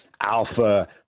alpha